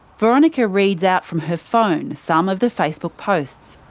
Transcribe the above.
veronica reads out from her phone some of the facebook posts.